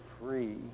free